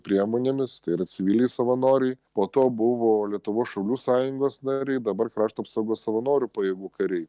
priemonėmis tai yra civiliai savanoriai po to buvo lietuvos šaulių sąjungos nariai dabar krašto apsaugos savanorių pajėgų kariai